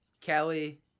Kelly